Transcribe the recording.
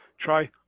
try